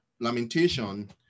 lamentation